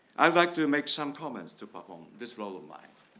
i'd like to make some comments to perform this role of mine.